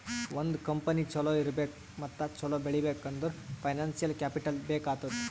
ಒಂದ್ ಕಂಪನಿ ಛಲೋ ಇರ್ಬೇಕ್ ಮತ್ತ ಛಲೋ ಬೆಳೀಬೇಕ್ ಅಂದುರ್ ಫೈನಾನ್ಸಿಯಲ್ ಕ್ಯಾಪಿಟಲ್ ಬೇಕ್ ಆತ್ತುದ್